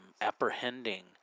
apprehending